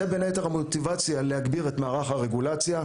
זה בין היתר המוטיבציה להגביר את מערך הרגולציה,